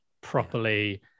properly